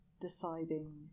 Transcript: deciding